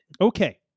Okay